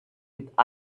with